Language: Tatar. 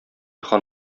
хан